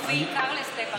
ובעיקר שדה בריר,